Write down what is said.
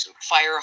fire